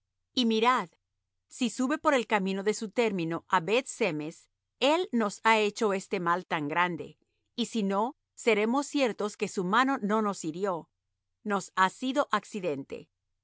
y mirad si sube por el camino de su término á beth-semes él nos ha hecho este mal tan grande y si no seremos ciertos que su mano no nos hirió nos ha sido accidente